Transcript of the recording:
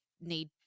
need